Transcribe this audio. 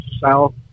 south